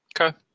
Okay